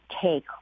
take